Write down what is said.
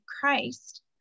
Christ